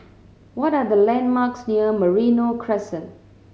what are the landmarks near Merino Crescent